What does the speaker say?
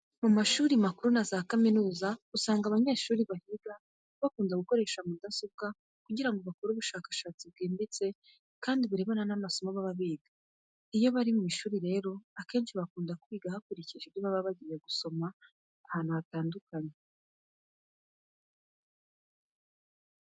Mu mashuri makuru na za kaminuza usanga abanyeshuri bahiga bakunda gukoresha mudasobwa kugira ngo bakore ubushakashatsi bwimbitse kandi burebana n'amasomo baba biga. Iyo bari mu ishuri rero, akenshi bakunda kwiga bakurikije ibyo baba bagiye basoma ahantu hatandukanye.